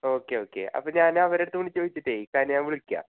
okay okay അപ്പോൾ ഞാൻ അവരുടെ അടുത്ത് വിളിച്ചുചോദിച്ചിട്ടേ ഇക്കാനെ ഞാൻ വിളിക്കാം